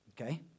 Okay